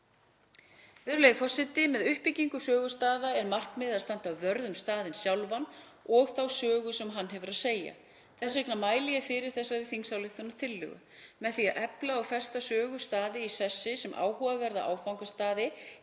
Virðulegi forseti. Með uppbyggingu sögustaða er markmiðið að standa vörð um staðinn sjálfan og þá sögu sem hann hefur að segja. Þess vegna mæli ég fyrir þessari þingsályktunartillögu. Með því að efla og festa sögustaði í sessi sem áhugaverða áfangastaði